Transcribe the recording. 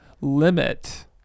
limit